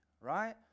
right